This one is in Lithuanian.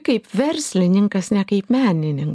kaip verslininkas ne kaip meninin